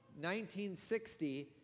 1960